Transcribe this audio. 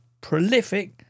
prolific